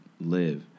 live